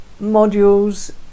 modules